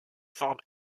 forme